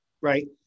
right